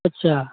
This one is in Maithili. अच्छा